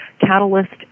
Catalyst